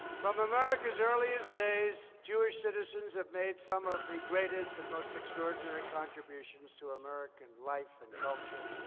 from america's earliest days, jewish citizens have made some of the greatest and most extraordinary contributions to american life and culture.